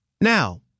Now